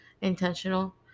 intentional